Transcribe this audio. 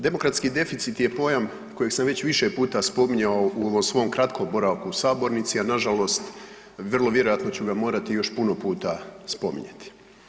Demokratski deficit je pojam kojeg sam već više puta spominjao u ovom svom kratkom boravku u sabornici a nažalost, vrlo vjerojatno ču ga morati još puno puta spominjati.